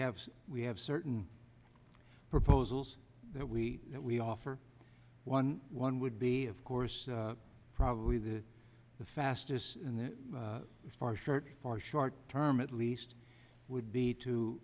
have we have certain proposals that we that we offer one one would be of course probably the the fastest and that is far short far short term at least would be to